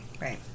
right